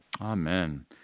Amen